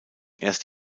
erst